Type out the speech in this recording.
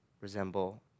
resemble